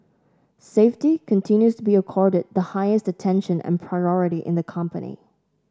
safety continues to be accorded the highest attention and priority in the company